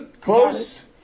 Close